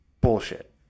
Bullshit